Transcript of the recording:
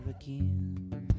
again